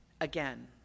again